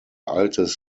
altes